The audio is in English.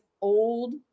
old